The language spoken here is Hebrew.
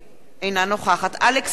אינה נוכחת אלכס מילר,